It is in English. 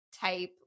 type